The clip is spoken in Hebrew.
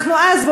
אנחנו אז,